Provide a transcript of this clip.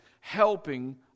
helping